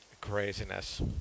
craziness